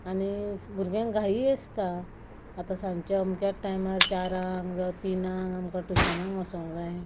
आनी भुरग्यांक घाई आसता आतां सांच्या अमक्याच टायमार चारांक जावं तिनांक आमकां ट्युशनाक वचोंक जाये